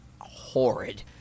horrid